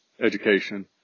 education